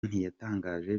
ntiyatangaje